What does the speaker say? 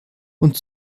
und